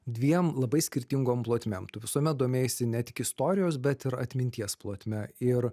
dviem labai skirtingom plotmėm tu visuomet domėjaisi ne tik istorijos bet ir atminties plotme ir